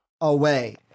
away